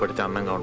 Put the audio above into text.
but diamond um